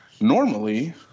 normally